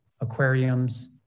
aquariums